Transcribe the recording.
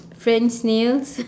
friend snails